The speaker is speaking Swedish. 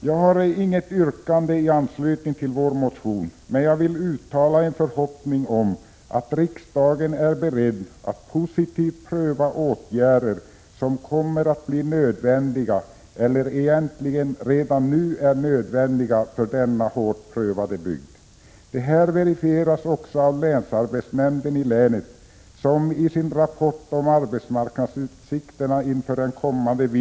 Jag har inget yrkande i anslutning till vår motion, men jag vill uttala en förhoppning om att riksdagen är beredd att positivt pröva åtgärder som kommer att bli nödvändiga, eller egentligen redan nu är nödvändiga, för denna hårt prövade bygd. Detta verifieras också av länsarbetsnämnden i länet som i sin rapport om arbetsmarknadsutsikterna inför den kommande = Prot.